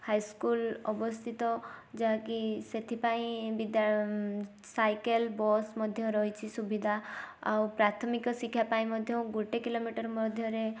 high school ଅବସ୍ଥିତ ଯାହା କି ସେଥିପାଇଁ ବିଦ୍ୟାଳୟ ସାଇକେଲ୍ ବସ୍ ମଧ୍ୟ ରହିଛି ସୁବିଧା ଆଉ ପ୍ରାଥମିକ ଶିକ୍ଷା ପାଇଁ ମଧ୍ୟ ଗୋଟେ କିଲୋମିଟର ମଧ୍ୟରେ